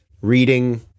reading